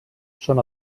són